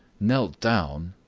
knelt down,